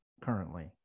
currently